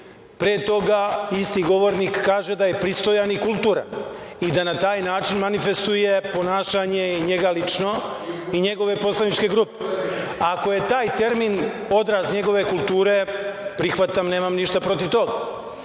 Pre toga isti govornik kaže da je pristojan i kulturan i da na taj način manifestuje ponašanje i njega lično i njegove poslaničke grupe. Ako je taj termin odraz njegove kulture, prihvatam, nemam ništa protiv toga.